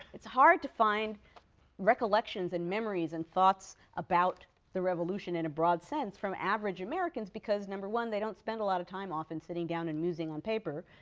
it's hard to find recollections and memories and thoughts about the revolution in a broad sense from average americans because, number one, they don't spend a lot of time often sitting down and musing on paper,